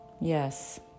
yes